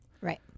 Right